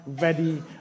ready